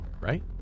right